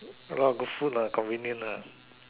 ya lor got food lah convenient ah